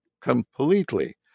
completely